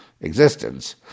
existence